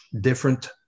different